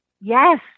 Yes